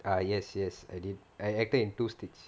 ah yes yes I did I acted in two stage